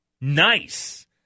Nice